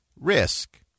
risk